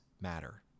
matter